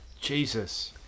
Jesus